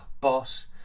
boss